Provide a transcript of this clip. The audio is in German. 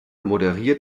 moderiert